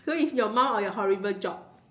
so it's your mom or your horrible job